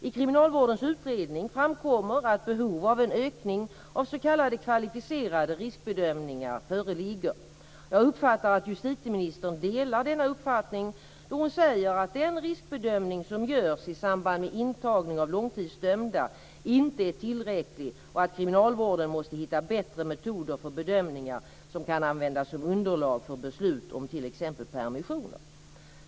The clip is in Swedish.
I kriminalvårdens utredning framkommer att behov av en ökning av s.k. kvalificerade riskbedömningar föreligger. Jag uppfattar att justitieministern delar denna uppfattning då hon säger att den riskbedömning som görs i samband med intagning av långtidsdömda inte är tillräcklig och att kriminalvården måste hitta bättre metoder för bedömningar som kan användas som underlag för beslut om t.ex. permissioner.